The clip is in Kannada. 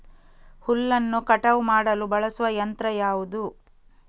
ಹುಲ್ಲನ್ನು ಕಟಾವು ಮಾಡಲು ಬಳಸುವ ಯಂತ್ರ ಯಾವುದು?